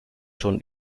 schon